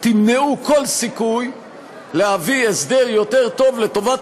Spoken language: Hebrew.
תמנעו כל סיכוי להביא הסדר יותר טוב לטובת